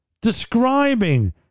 describing